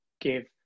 give